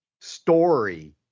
story